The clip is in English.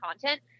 content